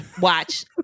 watch